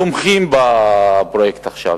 תומכים בפרויקט עכשיו.